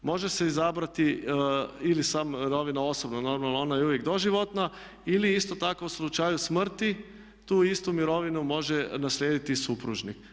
Može se izabrati ili samo mirovina osobna normalno ona je uvijek doživotna ili ista tako u slučaju smrti tu istu mirovinu može naslijediti supružnik.